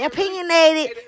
Opinionated